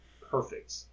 perfect